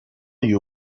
you